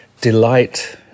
delight